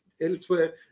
elsewhere